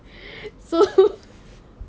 so